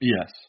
Yes